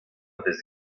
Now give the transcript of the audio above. vez